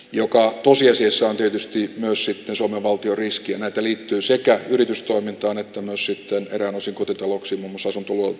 joka vuosi asiassa on tietysti jos itä suomen valtio yskimättä liittyy sekä yritystoimintaan ei tunnu system ramosin kotitalouksien osuus on tullut